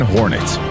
Hornets